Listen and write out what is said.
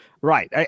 Right